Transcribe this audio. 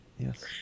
Yes